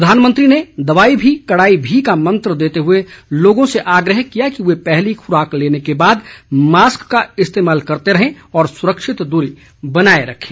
प्रधानमंत्री ने दवाई भी कड़ाई भी का मंत्र देते हुए लोगों से आग्रह किया कि वे पहली खुराक लेने के बाद मास्क का इस्तेमाल करते रहे और सुरक्षित दूरी बनाए रखें